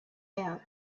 out